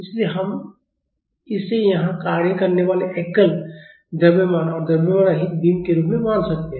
इसलिए हम इसे यहां कार्य करने वाले एकल द्रव्यमान और द्रव्यमान रहित बीम के रूप में मान सकते हैं